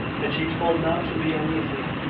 and she told not to be uneasy!